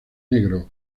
negro